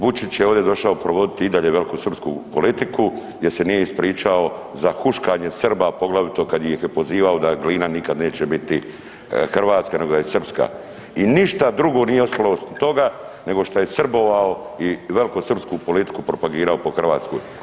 Vučić je ovdje došao provodit i dalje velikosrpsku politiku jer se nije ispričao za huškanje Srba poglavito kad ih je pozivao da Glina nikad neće biti Hrvatska nego da je Srpska i ništa drugo nije ostalo osim toga nego što je srbovao i velikosrpsku politiku propagirao po Hrvatskoj.